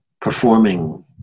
performing